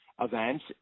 events